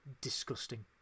disgusting